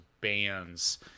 bands